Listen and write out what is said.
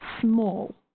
small